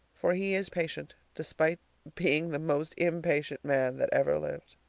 for he is patient, despite being the most impatient man that ever lived!